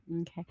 Okay